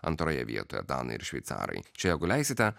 antroje vietoje danai ir šveicarai čia jeigu leisite